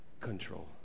control